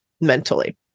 mentally